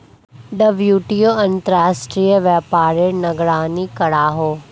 WTO अंतर्राश्त्रिये व्यापारेर निगरानी करोहो